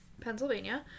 Pennsylvania